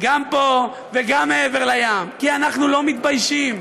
גם פה וגם מעבר לים, כי אנחנו לא מתביישים.